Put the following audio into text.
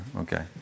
Okay